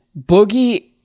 Boogie